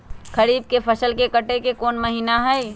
खरीफ के फसल के कटे के कोंन महिना हई?